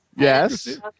Yes